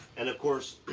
and of course